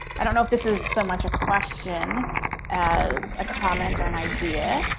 i don't know if this is so much a question as a comment or an idea.